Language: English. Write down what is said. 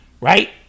right